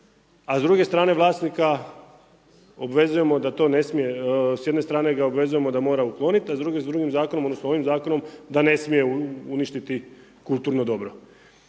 a s druge strane vlasnika obvezujemo da to ne smije, s jedne stane ga obvezujemo da mora ukloniti, a s drugim zakonom, odnosno ovim Zakonom da ne smije uništiti kulturno dobro.